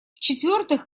четвертых